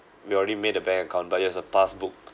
we already made a bank account but it was a passbook